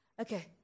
Okay